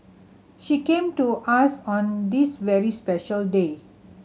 she came to us on this very special day